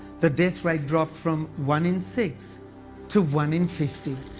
the death rate dropped from one in six to one in fifty.